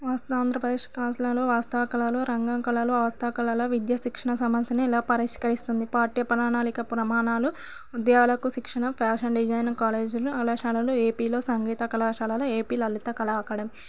ఆంధ్రప్రదేశ్ వాస్తా కళాలో రంగం కళలు హస్త కళల విద్య శిక్షణ సమస్యను ఎలా పరిష్కరిస్తుంది పాఠ్యప్రణాళిక ప్రమాణాలు ఉద్యోగాలకు శిక్షణ ఫ్యాషన్ డిజైనర్ కాలేజీలు కళాశాలలు ఏపీలో సంగీత కళాశాలలు ఏపీ లలిత కళా అకాడమీ